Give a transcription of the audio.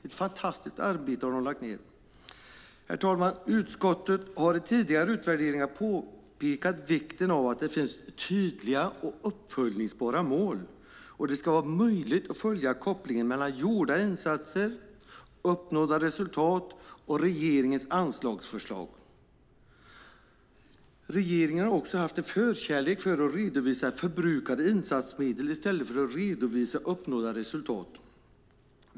Ett fantastiskt arbete har de lagt ned. Herr talman! Utskottet har i tidigare utvärderingar påpekat vikten av att det finns tydliga och uppföljningsbara mål och att det ska vara möjligt att följa kopplingen mellan gjorda insatser, uppnådda resultat och regeringens anslagsförslag. Regeringen har haft en förkärlek till att redovisa förbrukade insatsmedel i stället för att redovisa uppnådda resultat.